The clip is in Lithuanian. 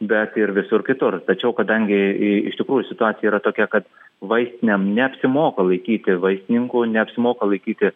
bet ir visur kitur tačiau kadangi i iš tikrųjų situacija yra tokia kad vaistinėm neapsimoka laikyti vaistininkų neapsimoka laikyti